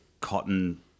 cotton